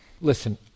listen